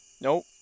Nope